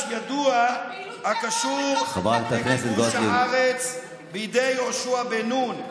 ידוע הקשור לכיבוש הארץ בידי יהושע בן נון.